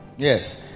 yes